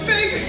Big